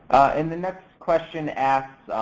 and the next question asked,